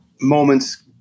moments